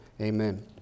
amen